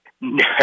No